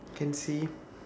can see